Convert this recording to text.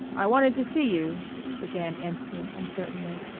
i wanted to see you began anthony uncertainly.